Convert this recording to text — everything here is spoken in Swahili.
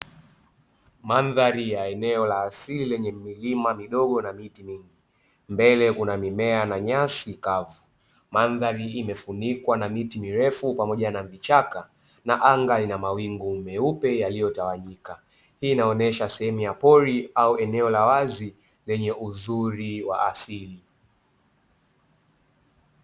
Mandhari ya eneo la asili lenye milima midogo na miti mingi mbele kuna mimea na nyasi kavu mandhari imefunikwa na miti mirefu pamoja na vichaka na anga linamawingu meupe yaliyotawanyika, hii inaonesha sehemu ya pori au eneo la wazi lenye uzuri wa asili.